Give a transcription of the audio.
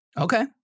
Okay